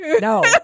No